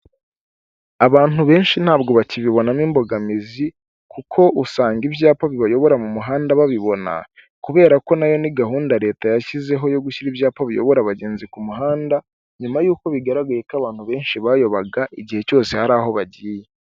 Abantu benshi ntabwo bakibibonamo imbogamizi kuko usanga ibyapa bibayobora mu muhanda babibona, kubera ko nayo ni gahunda leta yashyizeho yo gushyira ibyapa biyobora abagenzi ku muhanda, nyuma yuko bigaragaye ko abantu benshi bayobaga igihe cyose hari aho bagiye.